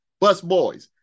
busboys